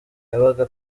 yabaga